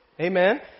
Amen